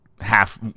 half